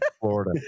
Florida